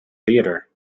theatre